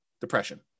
depression